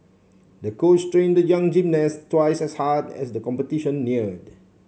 the coach trained the young gymnast twice as hard as the competition neared